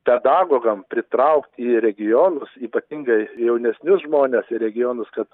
pedagogam pritraukti į regionus ypatingai jaunesnius žmones į regionus kad